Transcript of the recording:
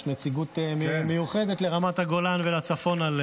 יש נציגות מיוחדת היום לרמת הגולן ולצפון.